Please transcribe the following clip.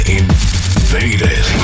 invaded